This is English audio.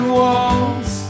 walls